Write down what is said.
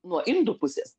nuo indų pusės